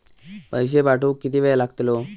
पैशे पाठवुक किती वेळ लागतलो?